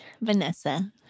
Vanessa